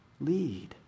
Lead